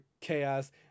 chaos